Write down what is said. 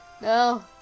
No